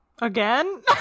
again